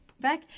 back